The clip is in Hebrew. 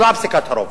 לא על פסיקת הרוב.